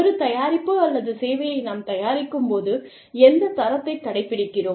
ஒரு தயாரிப்பு அல்லது சேவையை நாம் தயாரிக்கும் போது எந்த தரத்தை கடைப்பிடிக்கிறோம்